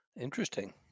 Interesting